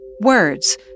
Words